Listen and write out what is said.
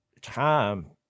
time